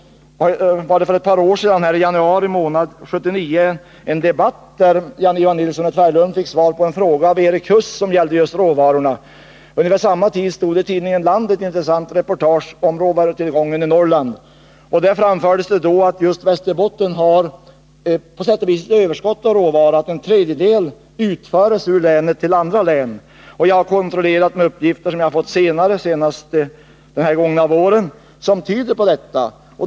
För ett par år sedan, närmare bestämt i januari månad 1979, fördes en debatt i samband med att Jan-Ivan Nilsson i Tvärålund av Erik Huss fick svar på en fråga som gällde just råvaran. Vid ungefär samma tid hade tidningen Land ett intressant reportage om råvarutillgången i Norrland. Där framfördes att just Västerbotten på sätt och vis har ett överskott på råvara. En tredjedel av denna förs ut ur länet till andra län. Uppgifter som jag har fått, senast under den gångna våren, tyder också på att detta är riktigt.